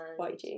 YG